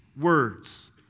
words